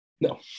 No